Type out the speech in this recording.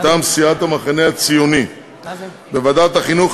מטעם סיעת המחנה הציוני: בוועדת החינוך,